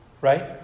right